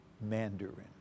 Mandarin